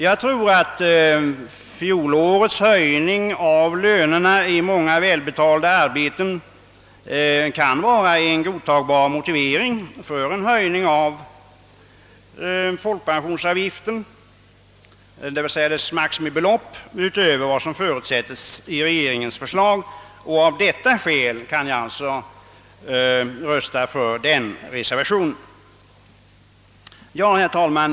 Jag tror att fjolårets höjning av lönerna i många välbetalda yrken kan vara en godtagbar motivering för en höjning av folkpensionsavgiftens maximibelopp utöver vad som förutsätts i regeringens förslag. Av detta skäl kan jag alltså rösta för den reservationen. Herr talman!